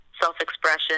self-expression